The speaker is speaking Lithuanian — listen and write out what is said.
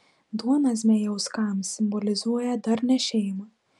duona zmejauskams simbolizuoja darnią šeimą